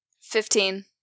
Fifteen